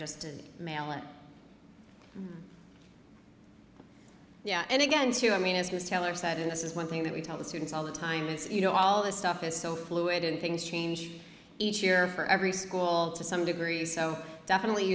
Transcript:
just and mail it yeah and again too i mean as ms taylor said and this is one thing that we tell the students all the time is you know all this stuff is so fluid and things change each year for every school to some degree so definitely